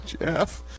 Jeff